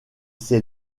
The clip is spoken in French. ces